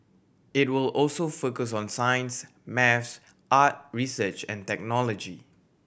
it will also focus on science maths art research and technology